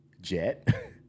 jet